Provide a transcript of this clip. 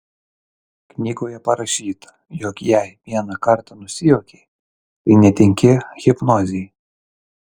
knygoje parašyta jog jei vieną kartą nusijuokei tai netinki hipnozei